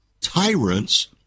tyrants